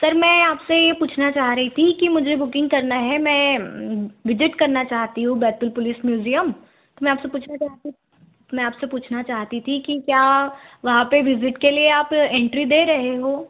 sir मैं आपसे ये पूछना चाह रही थी कि मुझे बुकिंग करना है मैं विजिट करना चाहती हूँ बैतुल पुलिस म्यूज़ियम तो मैं आपसे पूछना चाहती थी तो मैं आपसे पूछना चाहती थी कि क्या वहाँ पर विज़िट के लिए आप एंट्री दे रहे हो